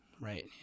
Right